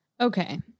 Okay